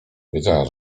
wiedziałem